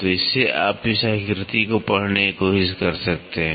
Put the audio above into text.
तो इससे आप इस आकृति को पढ़ने की कोशिश कर सकते हैं